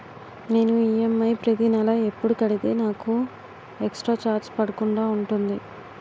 నేను ఈ.ఎమ్.ఐ ప్రతి నెల ఎపుడు కడితే నాకు ఎక్స్ స్త్ర చార్జెస్ పడకుండా ఉంటుంది?